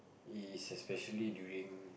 especially during